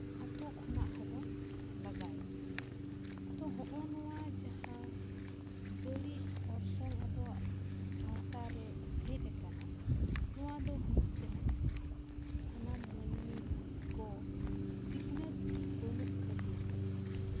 ᱟᱛᱳ ᱠᱷᱚᱱᱟᱜ ᱦᱚᱸᱵᱚᱱ ᱞᱟᱸᱜᱟᱭᱮᱭᱟ ᱛᱚ ᱱᱚᱜᱼᱚ ᱱᱚᱣᱟ ᱡᱟᱦᱟᱸ ᱵᱟᱹᱲᱤᱡ ᱚᱨᱥᱚᱝ ᱟᱵᱚᱣᱟᱜ ᱥᱟᱶᱛᱟᱨᱮ ᱦᱮᱡ ᱟᱠᱟᱱᱟ ᱱᱚᱣᱟ ᱫᱚ ᱦᱩᱭᱩᱜ ᱠᱟᱱᱟ ᱥᱟᱱᱟᱢ ᱢᱟᱹᱱᱢᱤ ᱠᱚ ᱥᱤᱠᱷᱱᱟᱹᱛ ᱵᱟᱹᱱᱩᱜ ᱠᱷᱟᱹᱛᱤᱨ ᱛᱮᱜᱮ